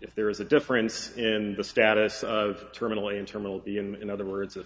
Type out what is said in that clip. if there is a difference in the status of terminal a in terminal b and in other words if